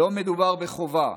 לא מדובר בחובה.